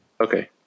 Okay